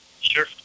sure